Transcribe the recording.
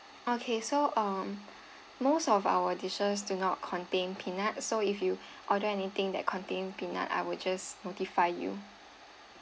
okay so um most of our dishes do not contain peanut so if you order anything that contains peanut I would just notify you